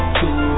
two